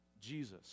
Jesus